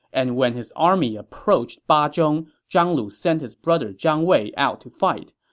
and when his army approached, ah zhang zhang lu sent his brother zhang wei out to fight.